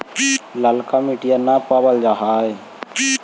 ललका मिटीया न पाबल जा है?